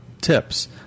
tips